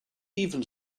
even